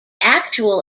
actual